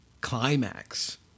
climax